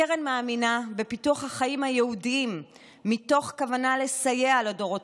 הקרן מאמינה בפיתוח החיים היהודיים מתוך כוונה לסייע לדורות